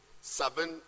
seven